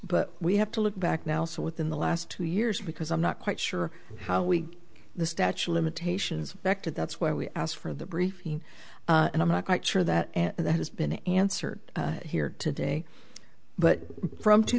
but we have to look back now also within the last two years because i'm not quite sure how we the statue limitations acted that's why we asked for the briefing and i'm not quite sure that that has been answered here today but from two